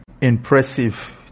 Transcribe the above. impressive